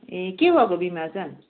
ए के भएको बिमार चाहिँ